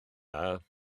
dda